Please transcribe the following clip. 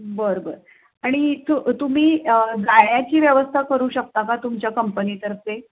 बरं बरं आणि तु तुम्ही जायची व्यवस्था करू शकता का तुमच्या कंपनीतर्फे